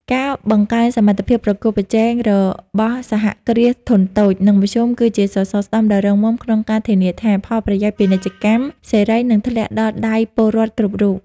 ការបង្កើនសមត្ថភាពប្រកួតប្រជែងរបស់សហគ្រាសធុនតូច និងមធ្យម គឺជាសសរស្តម្ភដ៏រឹងមាំក្នុងការធានាថា ផលប្រយោជន៍ពីពាណិជ្ជកម្មសេរីនឹងធ្លាក់ដល់ដៃពលរដ្ឋគ្រប់រូប។